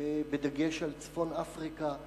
בדגש על צפון-אפריקה,